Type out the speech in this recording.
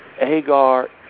Agar